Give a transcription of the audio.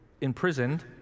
imprisoned